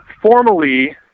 formally